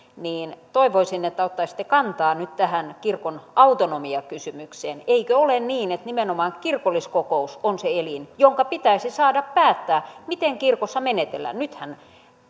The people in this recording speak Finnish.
niin toivoisin että ottaisitte kantaa nyt tähän kirkon autonomiakysymykseen eikö ole niin että nimenomaan kirkolliskokous on se elin jonka pitäisi saada päättää miten kirkossa menetellään nythän